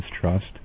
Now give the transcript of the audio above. Trust